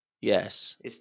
Yes